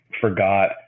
forgot